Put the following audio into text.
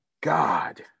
God